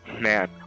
Man